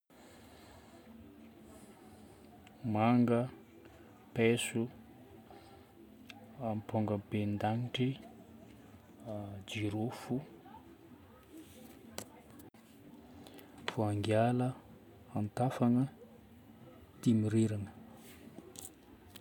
Manga, paiso, ampongabendanitry, jirofo, voangiala, antafana, dimirirana